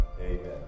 Amen